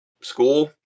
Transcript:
school